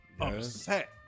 upset